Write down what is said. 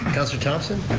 councilor thomson?